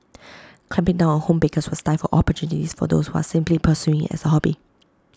clamping down home bakers would stifle opportunities for those who are simply pursuing IT as A hobby